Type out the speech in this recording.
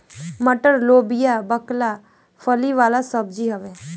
मटर, लोबिया, बकला फली वाला सब्जी हवे